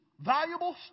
valuable